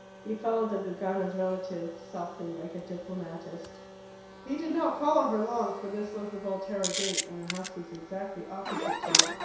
he followed the dogana's relative softly, like a diplomatist he did not follow her long, for this was the volterra gate, and the house was exactly opposite to it.